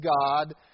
God